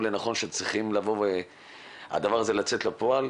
לנכון שצריך להוציא את הדבר הזה לפועל,